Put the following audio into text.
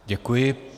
Děkuji.